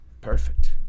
Perfect